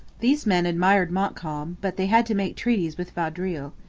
these men admired montcalm but they had to make treaties with vaudreuil.